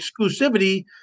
exclusivity